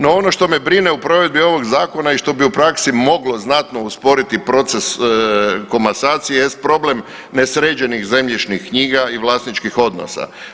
No ono što me brine u provedbi ovog zakona i što bi u praksi moglo znatno usporiti proces komasacije jest problem nesređenih zemljišnih knjiga i vlasničkih odnosa.